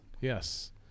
yes